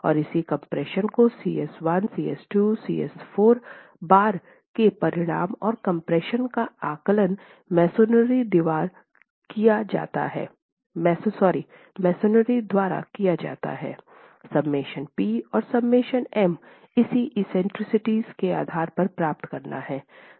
और इसी कम्प्रेशन को Cs1 Cs2 Cs4 बार में परिणाम और कम्प्रेशन का आकलन मसोनरी द्वारा किया जाता हैं ΣP और ΣM इसी एक्सेंट्रिसिटीज़ के आधार पर प्राप्त करना है